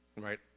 right